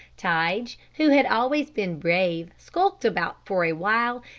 tige, who had always been brave, skulked about for a while,